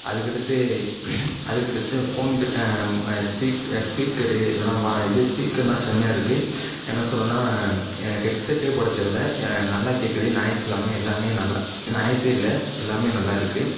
அதுக்கடுத்து அதுக்கடுத்து ஃபோன் ஸ்பீ ஸ்பீக்கரு இல்லைனா இது ஸ்பீக்கரெலாம் செமையாக இருக்குது என்ன சொல்கிறேன்னா ஹெட் செட்டே போட தேவையில்லை நல்லா கேட்குது நாய்ஸ் இல்லாமல் எல்லாமே நல்லா நாய்ஸே இல்லை எல்லாமே நல்லாயிருக்கு